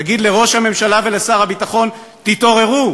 נגיד לראש הממשלה ולשר הביטחון: תתעוררו.